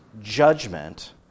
judgment